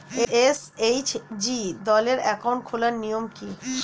SHG দলের account খোলার নিয়ম কী?